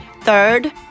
Third